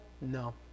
No